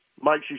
Mike